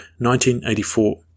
1984